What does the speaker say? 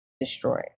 destroy